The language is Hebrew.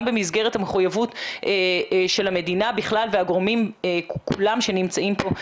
במסגרת המחויבות של המדינה בכלל והגורמים כולם שנמצאים פה,